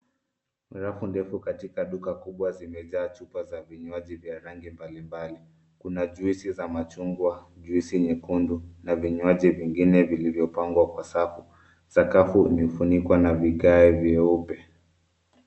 Rafu ndefu katika duka kubwa zimejaa chupa za vinywaji vya rangi mbalimbali. Kuna juisi za machungwa, juisi nyekundu na vinywaji vingine vilivyopangwa kwa safu. Sakafu imefunikwa na vigae vyeupe.